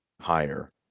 higher